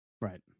Right